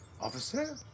Officer